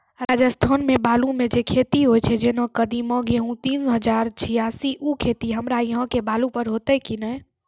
राजस्थान मे बालू मे जे खेती होय छै जेना कदीमा, गेहूँ तीन हजार छियासी, उ खेती हमरा यहाँ के बालू पर होते की नैय?